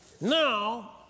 Now